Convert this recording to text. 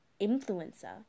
influencer